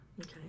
Okay